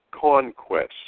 conquests